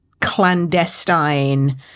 clandestine